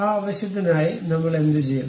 ആ ആവശ്യത്തിനായി നമ്മൾ എന്തുചെയ്യണം